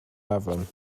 afon